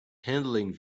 handling